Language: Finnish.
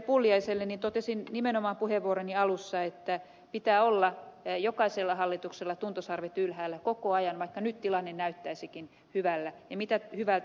totesin nimenomaan puheenvuoroni alussa että pitää olla jokaisella hallituksella tuntosarvet ylhäällä koko ajan vaikka nyt tilanne näyttäisikin hyvältä